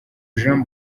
jean